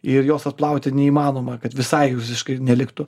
ir jos atplauti neįmanoma kad visai visiškai neliktų